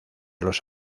los